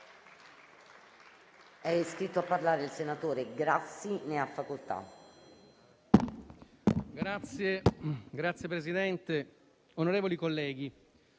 Grazie, Presidente.